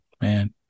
man